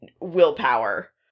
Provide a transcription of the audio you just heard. willpower